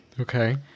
Okay